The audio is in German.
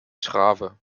trave